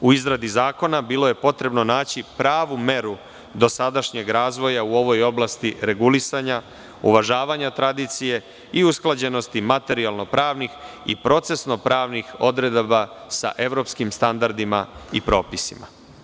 U izradi zakona bilo je potrebno naći pravu meru dosadašnjeg razvoja u ovoj oblasti, regulisanja, uvažavanja tradicije i usklađenosti materijalno-pravnih i procesno-pravnih odredaba sa evropskim standardima i propisima.